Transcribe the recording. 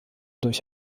durch